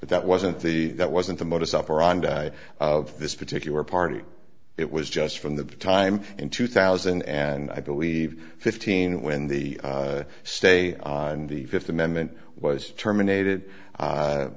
but that wasn't the that wasn't the modus operandi of this particular party it was just from the time in two thousand and i believe fifteen when the stay and the fifth amendment was terminated